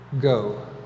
go